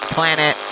Planet